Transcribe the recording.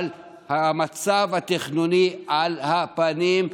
אבל המצב התכנוני על הפנים,